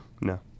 No